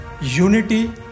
unity